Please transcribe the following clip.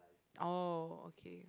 oh okay